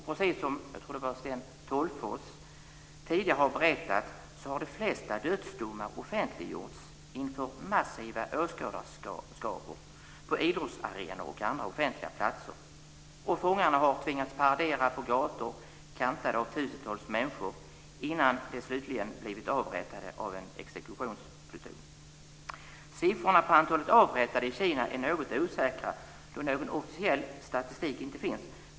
Precis som Sten Tolgfors tidigare har berättat har de flesta dödsdomar offentliggjorts inför massiva åskådarskaror på idrottsarenor och andra offentliga platser. Fångar har tvingats paradera på gator kantade av tusentals människor innan de slutligen blivit avrättade av en exekutionspluton. Siffrorna för antalet avrättade i Kina är något osäkra då någon officiell statistik inte finns.